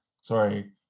Sorry